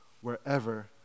wherever